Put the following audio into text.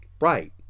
Right